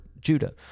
Judah